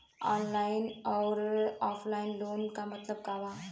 Online अउर offline loan क मतलब का बा?